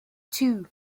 two